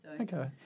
Okay